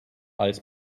als